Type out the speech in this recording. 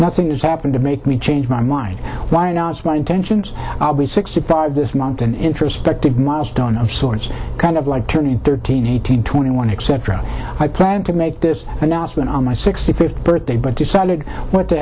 nothing's happened to make me change my mind why announce my intentions i'll be sixty five this month an introspective milestone of sorts kind of like two thirteen eighteen twenty one except i planned to make this announcement on my sixty fifth birthday but decided what the